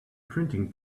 printing